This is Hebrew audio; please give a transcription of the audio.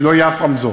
לא יהיה אף רמזור.